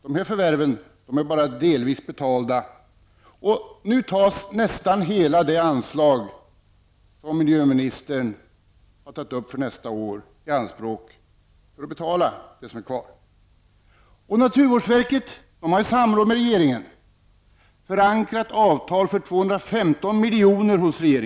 Dessa förvärv är bara delvis betalda. Nästan hela det anslag som miljöministern har tagit upp för nästa år tas nu i anspråk för att betala det som är kvar. Naturvårdsverket har i samråd med regeringen förankrat avtal för 215 milj.kr.